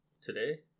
today